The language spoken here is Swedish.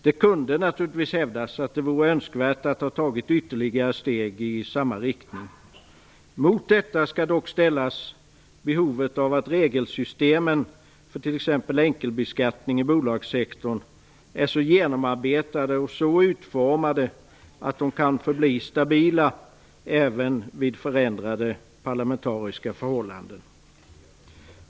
Det kunde naturligtvis hävdas att det vore önskvärt att ytterligare steg hade tagits i samma riktning. Mot detta skall dock ställas behovet av att regelsystemen för t.ex. enkelbeskattning inom bolagssektorn är så genomarbetade och utformade att de kan förbli stabila även vid förändrade parlamentariska förhållanden.